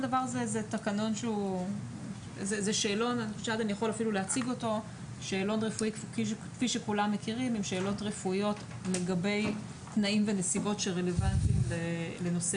זה שאלון רפואי עם שאלות רפואיות לגבי תנאים ונסיבות שרלוונטיים לנושא